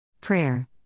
Prayer